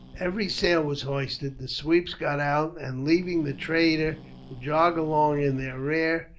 every sail was hoisted, the sweeps got out and, leaving the trader to jog along in their rear,